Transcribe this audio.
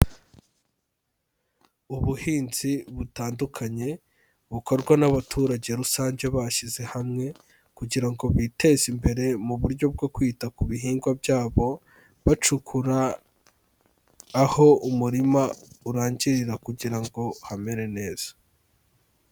Ubuhinzi butandukanye bukorwa n'abaturage rusange bashyize hamwe, kugira ngo biteze imbere mu buryo bwo kwita ku bihingwa byabo, bacukura aho umurima urangirira kugira ngo hamere neza.